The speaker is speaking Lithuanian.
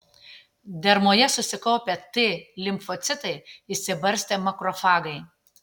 dermoje susikaupę t limfocitai išsibarstę makrofagai